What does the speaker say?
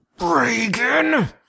reagan